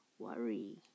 worry